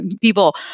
people